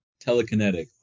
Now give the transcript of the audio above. telekinetic